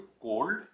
cold